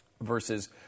versus